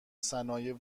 صنایع